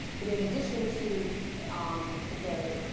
but in addition to um the,